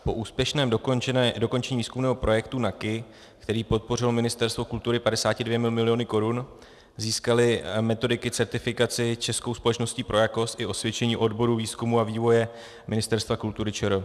Po úspěšném dokončení výzkumného projektu NAKI, který podpořilo Ministerstvo kultury 52 miliony korun, získaly metodiky certifikaci Českou společností pro jakost i osvědčení odboru výzkumu a vývoje Ministerstva kultury ČR.